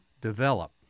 develop